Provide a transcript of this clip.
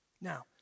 Now